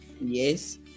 Yes